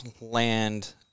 land